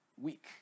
week